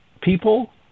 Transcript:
people